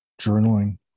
Journaling